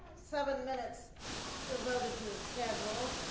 seven minutes devoted to the schedule